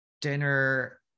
dinner